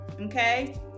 okay